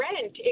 rent